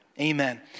Amen